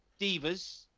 divas